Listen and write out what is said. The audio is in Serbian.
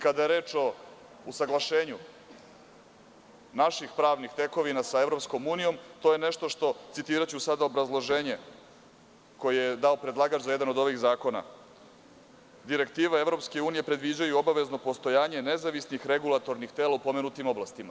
Kada je reč o usaglašenju naših pravnih tekovina sa EU, citiraću sada obrazloženje koje je dao predlagač za jedan od ovih zakona: „Direktiva EU predviđaju obavezno postojanje nezavisnih regulatornih tela u pomenutim oblastima.